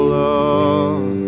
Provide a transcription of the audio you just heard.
love